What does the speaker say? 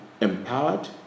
empowered